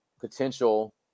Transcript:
potential